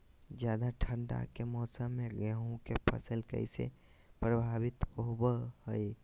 ज्यादा ठंड के मौसम में गेहूं के फसल कैसे प्रभावित होबो हय?